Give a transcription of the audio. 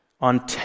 on